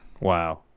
Wow